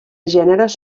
gèneres